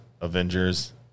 Avengers